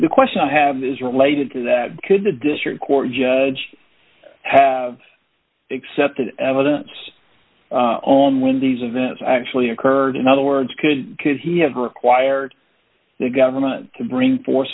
the question i have is related to that could the district court judge have excepted evidence on when these events actually occurred in other words could could he have required the government to bring for